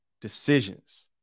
decisions